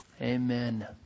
Amen